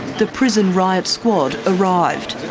the prison riot squad arrived,